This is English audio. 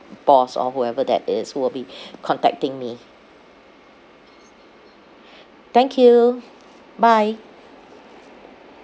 boss or whoever that is who will be contacting me thank you bye